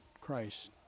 christ